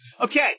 Okay